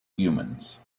humans